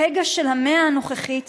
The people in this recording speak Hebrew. הפגע של המאה הנוכחית,